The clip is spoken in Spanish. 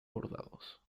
bordados